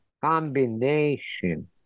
combination